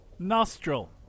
Nostril